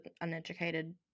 uneducated